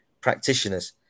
practitioners